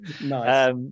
Nice